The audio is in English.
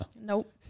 Nope